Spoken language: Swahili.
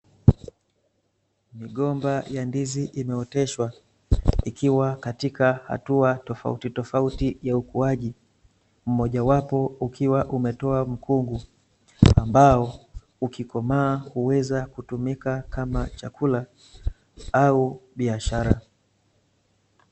Migomba ya ndizi imeoteshwa, ikiwa katika hatua tofauti tofauti ya ukuaji, mmoja wapo ukiwa umetoa mkungu, ambao ukikomaa huweza kutumika kama chakula au biashara.